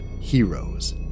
heroes